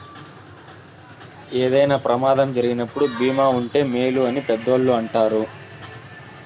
ఏదైనా ప్రమాదం జరిగినప్పుడు భీమా ఉంటే మేలు అని పెద్దోళ్ళు అంటారు